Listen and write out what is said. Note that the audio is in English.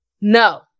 No